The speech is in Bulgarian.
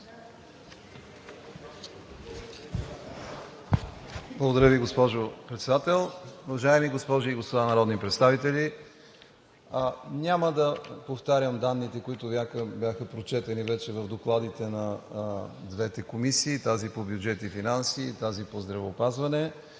Благодаря Ви, госпожо Председател. Уважаеми госпожи и господа народни представители, няма да повтарям данните, които бяха прочетени вече в докладите на двете комисии – тази по Бюджет и финанси и тази по Здравеопазване.